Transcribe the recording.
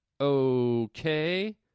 Okay